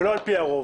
ולא על פי הרוב.